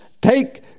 take